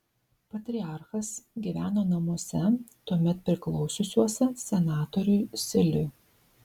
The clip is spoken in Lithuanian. patriarchas gyveno namuose tuomet priklausiusiuose senatoriui siliui